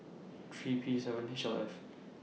three P seven H L F